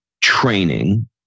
training